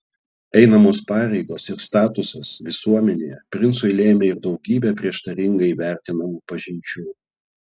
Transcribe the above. einamos pareigos ir statusas visuomenėje princui lėmė ir daugybę prieštaringai vertinamų pažinčių